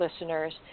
listeners